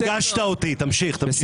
ריגשת אותי, תמשיך.